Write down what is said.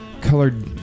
colored